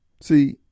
See